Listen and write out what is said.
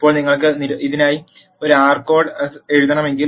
ഇപ്പോൾ നിങ്ങൾക്ക് ഇതിനായി ഒരു r കോഡ് എഴുതണമെങ്കിൽ